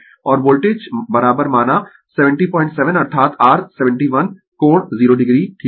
और वोल्टेज माना 707 अर्थात r 71 कोण 0 o ठीक है